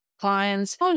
clients